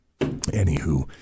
Anywho